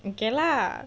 okay lah